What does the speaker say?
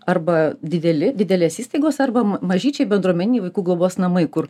arba dideli didelės įstaigos arba mažyčiai bendruomeniniai vaikų globos namai kur